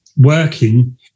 working